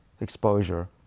exposure